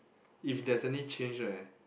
if there's any change right